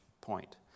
point